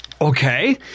Okay